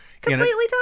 Completely